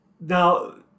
Now